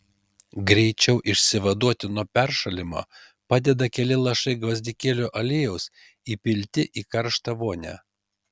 greičiau išsivaduoti nuo peršalimo padeda keli lašai gvazdikėlių aliejaus įpilti į karštą vonią